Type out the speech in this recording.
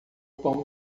pão